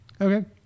Okay